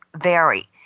vary